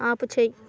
ఆపుచేయ్